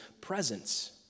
presence